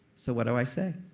so what do i say?